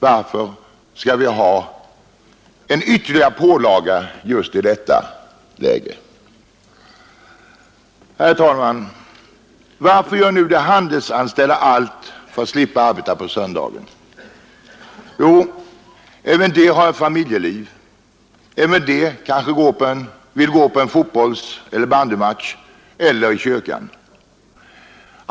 Varför skall vi då ha en ytterligare pålaga just i detta läge? Herr talman! Varför gör nu de handelsanställda allt för att slippa arbeta på söndagen? Jo, även de har ett familjeliv, även de kanske vill gå på en fotbollseller bandymatch eller i kyrkan.